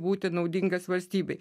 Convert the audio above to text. būti naudingas valstybei